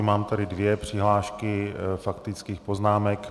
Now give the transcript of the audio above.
Mám tady dvě přihlášky faktických poznámek.